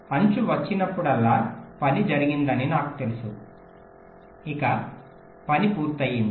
అంచు వచ్చినప్పుడల్లా పని జరిగిందని నాకు తెలుసు ఇంక పని పూర్తి అయ్యింది